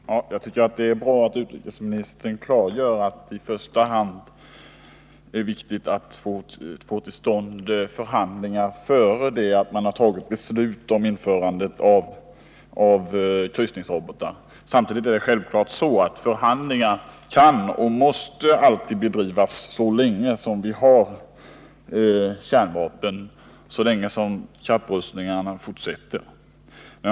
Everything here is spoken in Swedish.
Fru talman! Jag tycker det är bra att utrikesministern klargör att det är viktigt att få till stånd förhandlingar innan beslut har fattats om införande av kryssningsrobotar. Samtidigt är det självklart att förhandlingar måste föras så länge det finns kärnvapen, så länge kapprustningarna fortsätter.